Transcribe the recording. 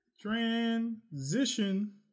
transition